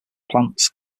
plants